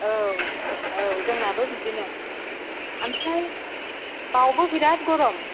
औ औ जोंनाबो बिदिनो आमफ्राय बावबो बिराद गरम